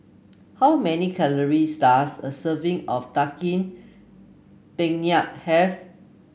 how many calories does a serving of Daging Penyet have